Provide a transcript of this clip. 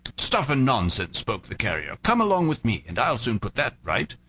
stuff and nonsense! spoke the carrier come along with me, and i'll soon put that right.